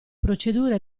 procedure